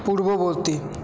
পূর্ববর্তী